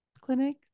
clinic